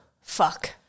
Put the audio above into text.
Fuck